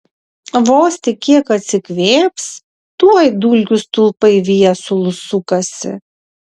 vos tik kiek atsikvėps tuoj dulkių stulpai viesulu sukasi